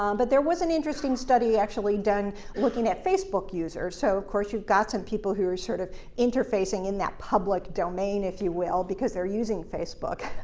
um but there was an interesting study actually done looking at facebook users. so, of course, you've got some people who are sort of interfacing in that public domain, if you will, because they're using facebook.